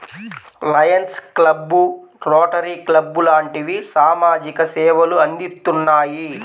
Lions club, Rotary club లాంటివి సామాజిక సేవలు అందిత్తున్నాయి